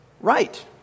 Right